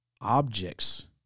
objects